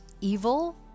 evil